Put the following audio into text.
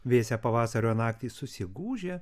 vėsią pavasario naktį susigūžia